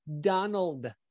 donald